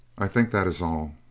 i think that is all.